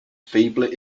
feebly